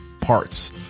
parts